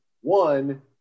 one